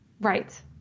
Right